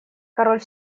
король